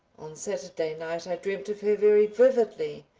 on saturday night i dreamt of her very vividly.